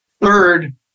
Third